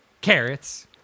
Carrots